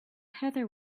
heather